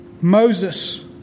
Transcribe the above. Moses